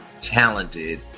talented